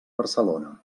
barcelona